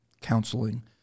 counseling